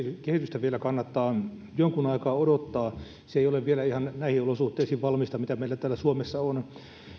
kehitystä vielä kannattaa jonkun aikaa odottaa se ei ole vielä ihan näihin olosuhteisiin valmista mitä meillä täällä suomessa on